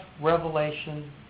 revelation